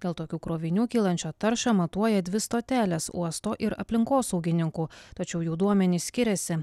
dėl tokių krovinių kylančią taršą matuoja dvi stotelės uosto ir aplinkosaugininkų tačiau jų duomenys skiriasi